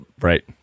right